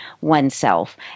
oneself